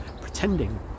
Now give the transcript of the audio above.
pretending